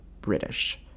British